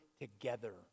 together